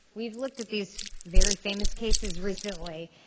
we've looked at these very famous cases recently,